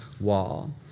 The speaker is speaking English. wall